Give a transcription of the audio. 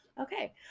Okay